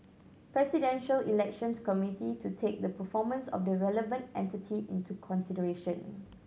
Presidential Elections Committee to take the performance of the relevant entity into consideration